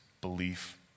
belief